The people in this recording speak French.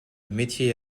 métier